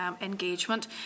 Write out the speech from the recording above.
engagement